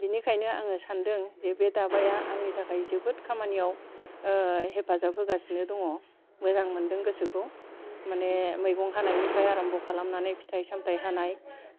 बिनिखायनो आङो सान्दों जे बे दाबाया आंनि थाखाय जोबोद खामानियाव हेफाजाब होगासिनो दङ मोजां मोन्दों गोसोखौ माने मैगं हानायनिफ्राय आरमब' खालामनानै फिथाइ सामथाय हानाय